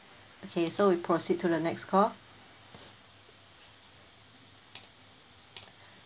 okay so we proceed to the next call